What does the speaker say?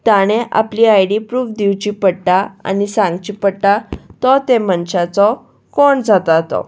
ताणें आपली I D proof दिवची पडटा आनी सांगची पडटा तो ते मनशाचो कोण जाता तो